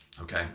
okay